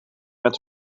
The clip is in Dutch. met